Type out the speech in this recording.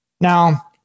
Now